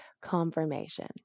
confirmation